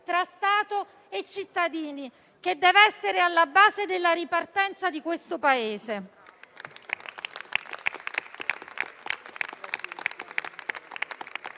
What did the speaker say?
tra Stato e cittadini che deve essere alla base della ripartenza di questo Paese?